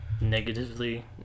Negatively